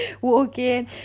walking